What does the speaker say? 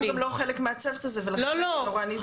אנחנו גם לא חלק מהצוות הזה ולכן אני נזהרת.